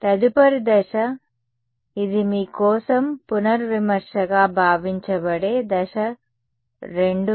తదుపరి దశ ఇది మీ కోసం పునర్విమర్శగా భావించబడే దశ 2 పరీక్ష చేయబడుతుంది